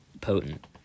potent